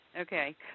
Okay